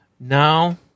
Now